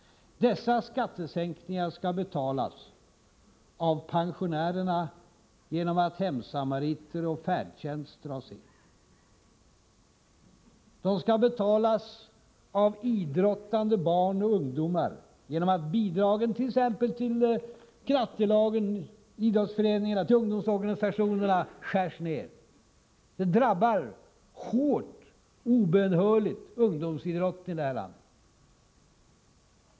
Dessa skattesänkningar skall betalas av pensionärerna genom att hemsamariter och färdtjänst dras in. De skall betalas av idrottande barn och ungdomar genom att bidragen till exempelvis knattelagen, idrottsföreningar och ungdomsorganisationer skärs ned. Det drabbar hårt och obönhörligt ungdomsidrotten i det här landet.